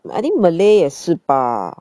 I think malay 也是吧